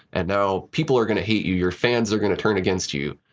and now people are going to hate you. your fans are going to turn against you.